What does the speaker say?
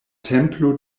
templo